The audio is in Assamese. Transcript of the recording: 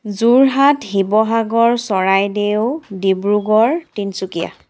যোৰহাট শিৱসাগৰ চৰাইদেও ডিব্ৰুগড় তিনিচুকীয়া